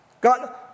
God